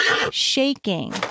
shaking